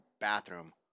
bathroom